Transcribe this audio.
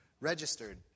registered